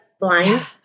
blind